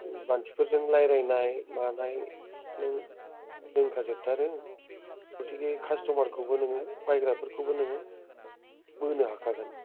मानसिफोरजों रायलायनाय मानाय नों रोंखाजोबथारो गथिके कास्त'मारखौबो नों बायग्राफोरखौबो नों बोनो हाखागोन